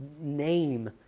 name